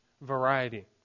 variety